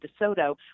DeSoto